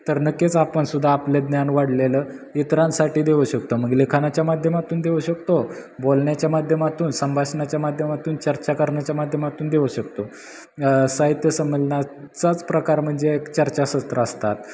तर नक्कीच आपणसुद्धा आपलं ज्ञान वाढलेलं इतरांसाठी देऊ शकतो मग लेखनाच्या माध्यमातून देऊ शकतो बोलण्याच्या माध्यमातून संभाषणाच्या माध्यमातून चर्चा करण्याच्या माध्यमातून देऊ शकतो साहित्यसंमेलनाचाच प्रकार म्हणजे एक चर्चासत्रं असतात